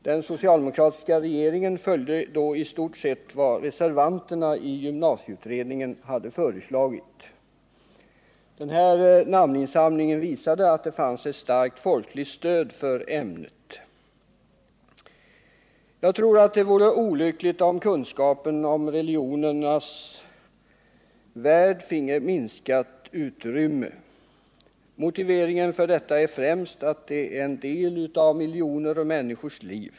Den socialdemokratiska regeringen följde då i stort sett vad reservanterna i gymnasieutredningen hade föreslagit. Namninsamlingen visade att det fanns ett starkt folkligt stöd för ämnet. Jag tror att det vore olyckligt om kunskapen om religionernas värld finge minskat utrymme. Motiveringen för detta är främst att religionen är en del av miljoner människors liv.